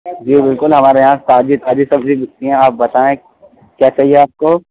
جی بالکل ہمارے یہاں تازی تازی سبزی بِکتی ہے آپ بتائیں کیا چاہیے آپ کو